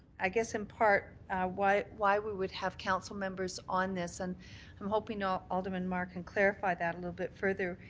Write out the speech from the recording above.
i guess in part why why we would have council members on this. and i'm hoping um alderman mar can clarify that a little bit further.